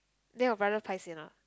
then your brother paiseh or not